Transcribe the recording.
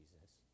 Jesus